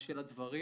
של הדברים.